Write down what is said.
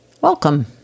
Welcome